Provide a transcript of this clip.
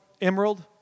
emerald